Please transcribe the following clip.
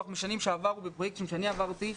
משנים שעברו מפרויקטים שאני עברתי,